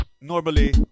Normally